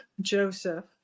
Joseph